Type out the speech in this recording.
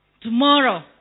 Tomorrow